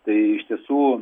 tai iš tiesų